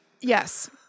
Yes